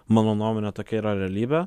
mano nuomone tokia yra realybė